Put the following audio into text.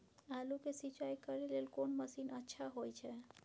आलू के सिंचाई करे लेल कोन मसीन अच्छा होय छै?